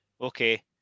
okay